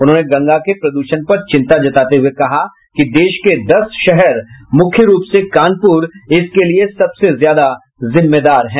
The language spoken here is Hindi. उन्होंने गंगा के प्रद्षण पर चिंता जताते हुये कहा कि देश के दस शहर मुख्यरूप से कानपुर इसके लिए सबसे ज्यादा जिम्मेदार हैं